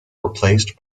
replaced